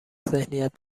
ذهنیت